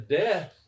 death